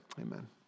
amen